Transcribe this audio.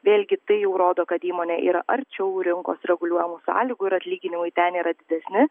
vėlgi tai jau rodo kad įmonė yra arčiau rinkos reguliuojamo sąlygų ir atlyginimai ten yra didesni